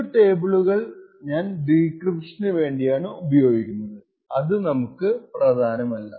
മറ്റു ടേബിളുകൾ ഞാൻ ഡീക്രിപ്ഷന് വേണ്ടിയാണു ഉപയോഗിക്കുന്നത് അത് നമുക്ക് പ്രധാനമല്ല